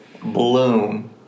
Bloom